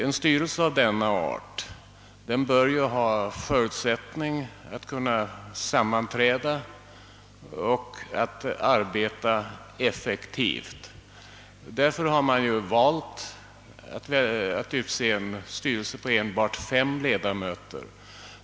En styrelse av denna art bör ju ha förutsättningar att sammanträda och att arbeta effektivt. Därför har man valt att utse en styrelse med enbart fem ledamöter.